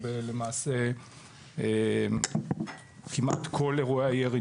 למעשה מדובר פה כמעט בכל אירועי הירי,